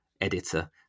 editor